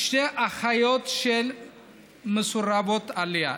ושתי אחיות שלה מסורבות עלייה.